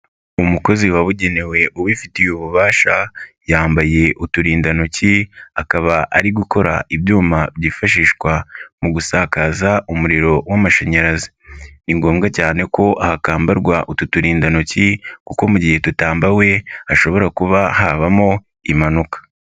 Umukozi wabugenewe ubifitiye ububasha, yambaye uturindantoki, akaba ari gukora ibyuma byifashishwa mu gusakaza umuriro w'amashanyarazi. Ni ngombwa cyane ko ahakambarwa utu turindantoki kuko mu gihe dutambawe hashobora kuba habamo impanuka.